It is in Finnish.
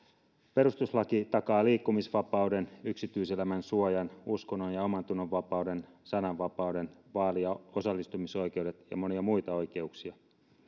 perustuslaki takaa liikkumisvapauden yksityiselämän suojan uskonnon ja omantunnon vapauden sananvapauden vaali ja osallistumisoikeudet ja monia muita oikeuksia